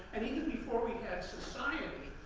and even before we had society,